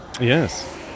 Yes